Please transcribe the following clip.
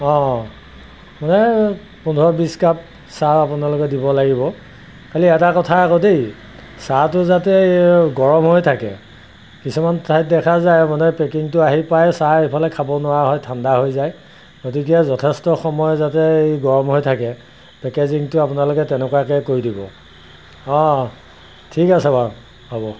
অঁ মানে পোন্ধৰ বিছ কাপ চাহ আপোনালোকে দিব লাগিব খালি এটা কথা আকৌ দেই চাহটো যাতে এই গৰম হৈ থাকে কিছুমান ঠাইত দেখা যায় মানে পেকিংটো আহি পাই চাহ এইফালে খাব নোৱাৰা হয় ঠাণ্ডা হৈ যায় গতিকে যথেষ্ট সময় যাতে এই গৰম হৈ থাকে পেকেজিংটো আপোনালোকে তেনেকুৱাকৈ কৰি দিব অঁ ঠিক আছে বাৰু হ'ব